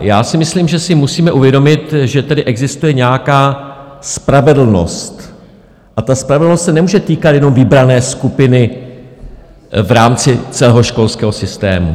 Já si myslím, že si musíme uvědomit, že tedy existuje nějaká spravedlnost a ta spravedlnost se nemůže týkat jenom vybrané skupiny v rámci celého školského systému.